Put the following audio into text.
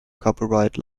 copyright